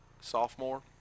sophomore